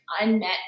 unmet